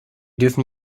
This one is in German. dürfen